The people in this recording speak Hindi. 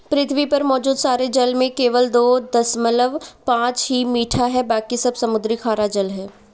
पृथ्वी पर मौजूद सारे जल में केवल दो दशमलव पांच ही मीठा है बाकी समुद्री खारा जल है